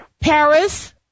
Paris